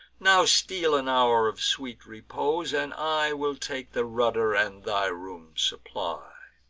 now steal an hour of sweet repose and i will take the rudder and thy room supply.